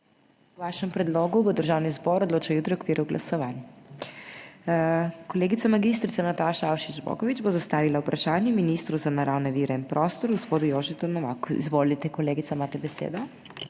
O vašem predlogu bo Državni zbor odločal jutri v okviru glasovanj. Kolegica mag. Nataša Avšič Bogovič bo zastavila vprašanje ministru za naravne vire in prostor gospodu Jožetu Novaku. Izvolite, kolegica, imate besedo.